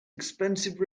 expensive